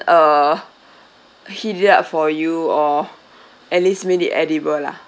uh heat it up for you or at least made it edible lah